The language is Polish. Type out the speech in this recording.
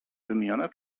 wymienione